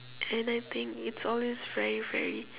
and I think it's always very very